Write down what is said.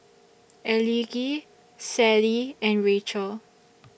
Elige Sallie and Rachel